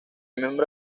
miembro